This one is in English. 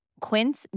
Quince